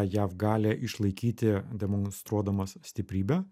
jav galią išlaikyti demonstruodamas stiprybę